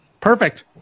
Perfect